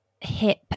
hip